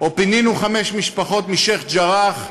או פינינו חמש משפחות משיח' ג'ראח.